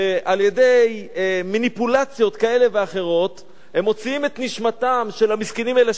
ועל-ידי מניפולציות כאלה ואחרות הם מוציאים את נשמתם של המסכנים האלה,